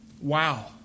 Wow